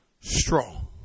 strong